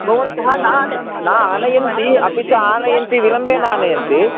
भवन्तः नान् न आनयन्ति अपि च आनयन्ति विलम्बेन आनयन्ति